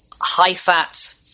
high-fat